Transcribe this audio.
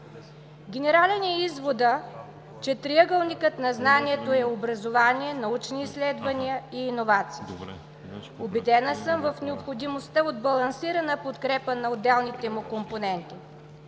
Генерален е изводът, че триъгълникът на знанието е образование, научни изследвания и иновации. Убедена съм в необходимостта от балансирана подкрепа на отделните му компоненти.